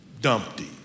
Dumpty